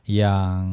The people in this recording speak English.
yang